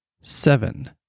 seven